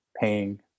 paying